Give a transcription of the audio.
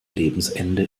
lebensende